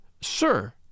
Sir